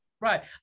right